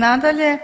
Nadalje,